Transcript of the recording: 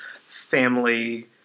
family